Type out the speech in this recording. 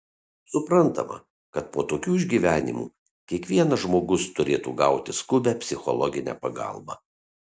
suprantama kad po tokių išgyvenimų kiekvienas žmogus turėtų gauti skubią psichologinę pagalbą